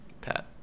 Pat